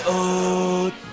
old